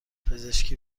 پزشکی